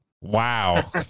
Wow